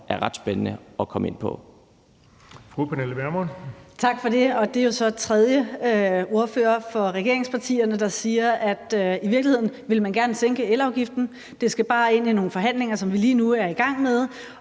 er ret spændende at komme ind på.